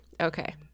Okay